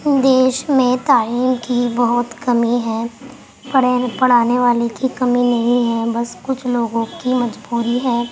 دیش میں تعلیم کی بہت کمی ہے پڑھین پڑھانے والے کی کمی نہیں ہے بس کچھ لوگوں کی مجبوری ہے